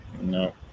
No